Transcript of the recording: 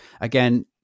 Again